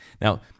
Now